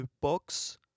box